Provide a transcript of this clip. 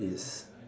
is